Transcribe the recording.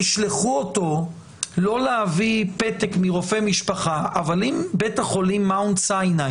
תשלחו אותו לא להביא פתק מרופא משפחה אבל אם בית החולים "הר סיני"